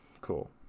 cool